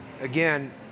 again